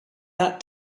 that